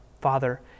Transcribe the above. father